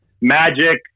Magic